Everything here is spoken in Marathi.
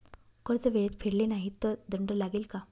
कर्ज वेळेत फेडले नाही तर दंड लागेल का?